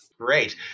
Great